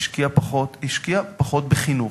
השקיעה פחות בחינוך,